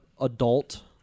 adult